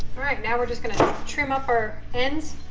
alright now we're just going to trim up our ends